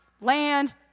land